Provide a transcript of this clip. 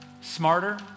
smarter